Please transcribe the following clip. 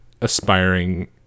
aspiring